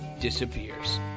disappears